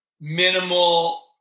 minimal